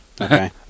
Okay